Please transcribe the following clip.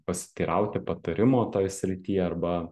pasiteirauti patarimo toj srityj arba